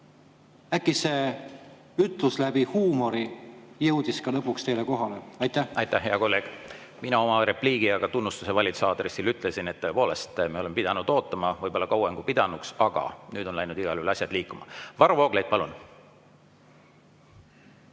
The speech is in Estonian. Äkki see ütlus läbi huumori jõudis lõpuks teile kohale. Aitäh, hea kolleeg! Mina oma repliigi ja ka tunnustuse valitsuse aadressil ütlesin, et tõepoolest me oleme pidanud ootama, võib-olla kauem kui pidanuks, aga nüüd on läinud igal juhul asjad liikuma. Varro Vooglaid, palun!